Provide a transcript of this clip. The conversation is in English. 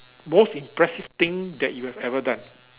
most impressive thing that you have ever done